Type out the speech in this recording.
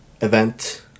event